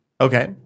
Okay